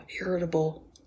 irritable